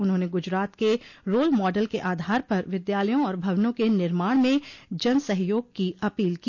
उन्होंने गुजरात के role model क आधार पर विद्यालयों और भवनों के निर्माण में जन सहयोग की अपील की